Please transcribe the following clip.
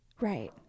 Right